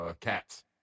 cats